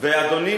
אדוני,